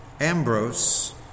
Ambrose